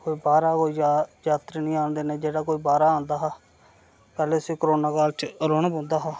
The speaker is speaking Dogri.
कोई बाह्रा कोई जा जात्तरी नी आन देने जेह्ड़ा कोई बाह्रा आंदा हा पैह्ले उसी कोरोना काल च रौह्ना पौंदा हा